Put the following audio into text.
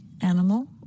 animal